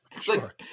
sure